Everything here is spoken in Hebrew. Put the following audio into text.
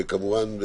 וכמובן,